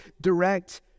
direct